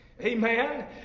amen